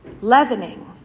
leavening